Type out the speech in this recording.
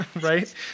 right